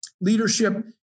Leadership